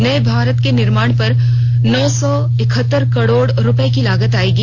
नये भवन के निर्माण पर नौ सौ एकहत्तर करोड़ रुपए की लागत आएगी